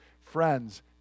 Friends